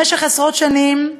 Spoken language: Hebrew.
במשך עשרות שנים,